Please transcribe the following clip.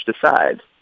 decide